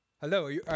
Hello